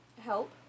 Help